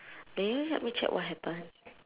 can you help me check what happen